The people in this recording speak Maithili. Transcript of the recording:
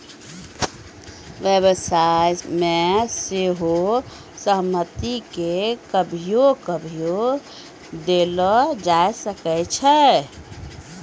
व्यवसाय मे सेहो सहमति के कभियो कभियो देलो जाय सकै छै